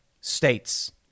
states